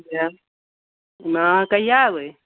आएब ने अहाँ कहिया अयबै